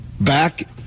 Back